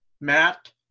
Matt